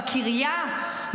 בקריה,